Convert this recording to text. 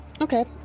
okay